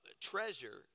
treasure